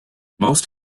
most